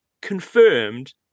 confirmed